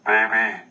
Baby